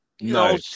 no